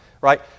right